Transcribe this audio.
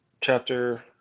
chapter